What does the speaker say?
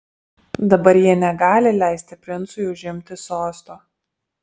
dabar jie negali leisti princui užimti sosto